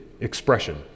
expression